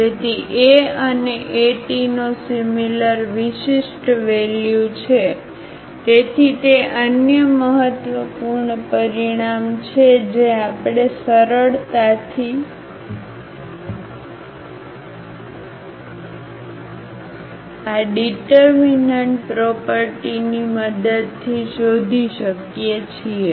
તેથી A અને ATનો સિમિલર વિશિષ્ટ વેલ્યુ છે તેથી તે અન્ય મહત્વપૂર્ણ પરિણામ છે જે આપણે સરળતાથી આ ડીટરમીનન્ટ પ્રોપરટીની મદદથી શોધી શકીએ